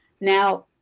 Now